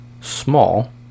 small